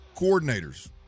coordinators